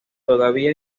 todavía